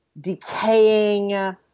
decaying